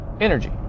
energy